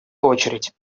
очередь